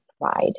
pride